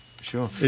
Sure